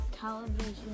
television